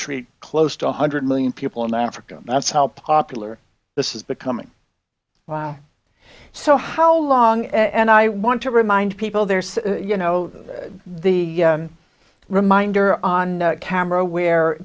treat close to one hundred million people in africa that's how popular this is becoming wow so how long and i want to remind people there's you know the reminder on camera where